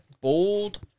bold